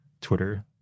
Twitter